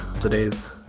today's